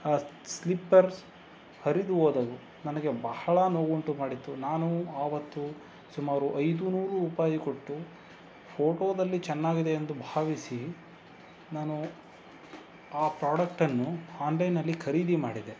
ಆ ಸ್ಲಿಪರ್ಸ್ ಹರಿದು ಹೋದವು ನನಗೆ ಬಹಳ ನೋವುಂಟು ಮಾಡಿತು ನಾನು ಆವತ್ತು ಸುಮಾರು ಐದು ನೂರು ರೂಪಾಯಿ ಕೊಟ್ಟು ಫೋಟೋದಲ್ಲಿ ಚೆನ್ನಾಗಿದೆ ಎಂದು ಭಾವಿಸಿ ನಾನು ಆ ಪ್ರಾಡಕ್ಟನ್ನು ಆನ್ಲೈನಲ್ಲಿ ಖರೀದಿ ಮಾಡಿದ್ದೆ